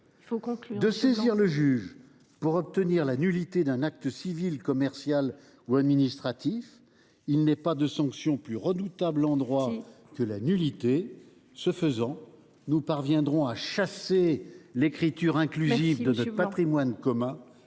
de saisir le juge pour obtenir la nullité d’un acte civil, commercial ou administratif. Il n’est pas de sanction plus redoutable en droit que la nullité. Ce faisant, nous parviendrons à chasser l’écriture inclusive de notre patrimoine commun